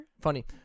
Funny